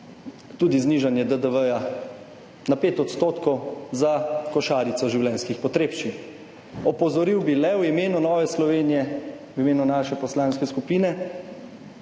tudi znižanje DDV na 5 % za košarico življenjskih potrebščin. Opozoril bi le v imenu Nove Slovenije, v imenu naše poslanske skupine,